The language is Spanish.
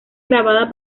grabada